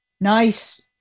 nice